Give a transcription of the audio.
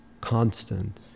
constant